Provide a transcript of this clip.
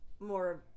More